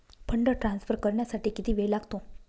Fund transfer करण्यासाठी किती वेळ लागतो?